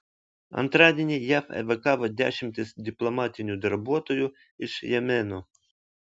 antradienį jav evakavo dešimtis diplomatinių darbuotojų iš jemeno